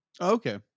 Okay